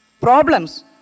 problems